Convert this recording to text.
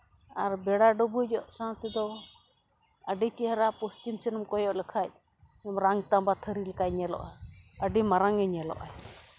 ᱟᱨ ᱵᱮᱲᱟ ᱰᱩᱵᱩᱡᱚᱜ ᱥᱟᱶ ᱛᱮᱫᱚ ᱟᱹᱰᱤ ᱪᱮᱦᱨᱟ ᱯᱚᱪᱷᱤᱢ ᱥᱮᱱᱮᱢ ᱠᱚᱭᱚᱜ ᱞᱮᱠᱷᱟᱡ ᱟᱹᱰᱤ ᱢᱟᱨᱟᱝ ᱛᱟᱢᱵᱟ ᱛᱷᱟᱹᱨᱤ ᱞᱮᱠᱟᱭ ᱧᱮᱞᱚᱜᱼᱟ ᱟᱹᱰᱤ ᱢᱟᱨᱟᱝ ᱮ ᱧᱮᱞᱚᱜ ᱟᱭ